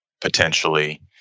potentially